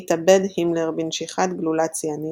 התאבד הימלר בנשיכת גלולת ציאניד,